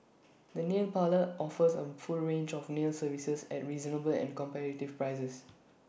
the nail parlour offers A full range of nail services at reasonable and competitive prices